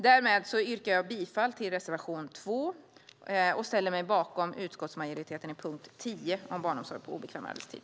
Därmed yrkar jag bifall till reservation 2 och ställer mig bakom utskottsmajoriteten i punkt 10 om barnomsorg på obekväm arbetstid.